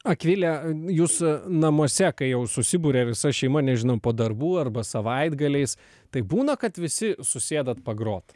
akvilę jūs namuose kai jau susiburia visa šeima nežinau po darbų arba savaitgaliais tai būna kad visi susėdat pagrot